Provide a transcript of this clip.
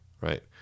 right